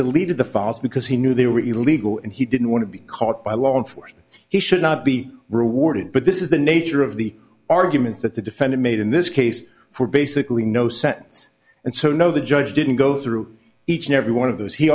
deleted the files because he knew they were illegal and he didn't want to be caught by law enforcement he should not be rewarded but this is the nature of the arguments that the defendant made in this case for basically no sense and so no the judge didn't go through each and every one of those he